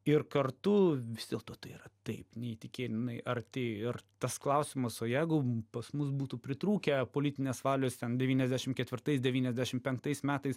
ir kartu vis dėlto tai yra taip neįtikėtinai arti ir tas klausimas o jeigu pas mus būtų pritrūkę politinės valios ten devyniasdešim ketvirtais devyniasdešim penktais metais